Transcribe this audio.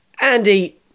Andy